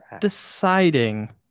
deciding